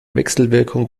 wechselwirkung